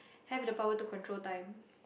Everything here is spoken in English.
have the power to control time